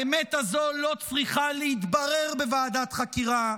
האמת הזאת לא צריכה להתברר בוועדת חקירה,